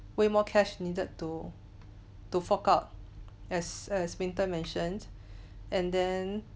way more cash needed to to fork out as a winter mentioned and then